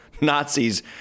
Nazis